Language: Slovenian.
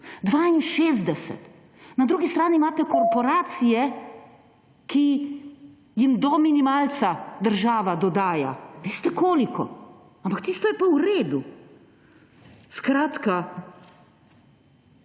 62! Na drugi strani imate korporacije, ki jim do minimalca država dodaja – veste koliko? – ampak tisto je pa v redu. Skratka,